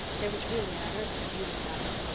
there was really an unearthly beauty about him.